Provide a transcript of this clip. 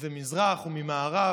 ממזרח וממערב.